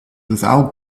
without